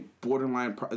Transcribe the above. borderline